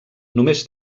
només